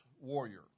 warrior